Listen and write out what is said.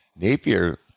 Napier